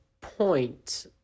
Point